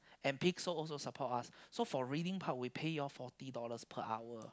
and big sole also support us so for reading part we pay you all forty dollars per hour